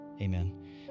Amen